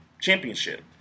championship